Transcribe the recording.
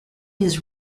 his